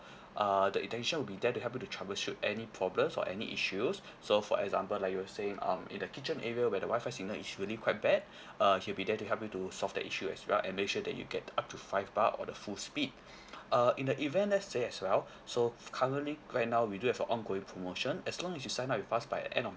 uh the technician will be there to help you to troubleshoot any problems or any issues so for example like you were saying um in the kitchen area where the wi-fi signal is really quite bad uh he'll be there to help you to solve the issue as well and make sure that you get up to five bar or the full speed uh in the event let's say as well so currently right now we do have an ongoing promotion as long as you sign up with us by end of